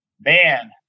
man